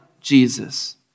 Jesus